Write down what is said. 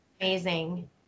amazing